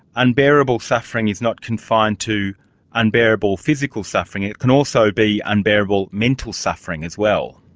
unbearable suffering is not confined to unbearable physical suffering, it can also be unbearable mental suffering as well.